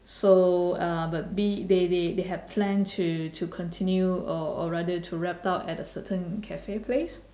so uh but B they they they had planned to to continue or or rather to wrap up at a certain cafe place